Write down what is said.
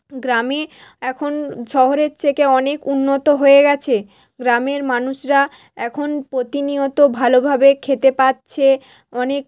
গ্রামে এখন শহরের থেকে অনেক উন্নত হয়ে গিয়েছে গ্রামের মানুষরা এখন প্রতিনিয়ত ভালোভাবে খেতে পাচ্ছে অনেক